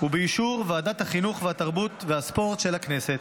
ובאישור ועדת החינוך, התרבות והספורט של הכנסת.